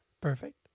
perfect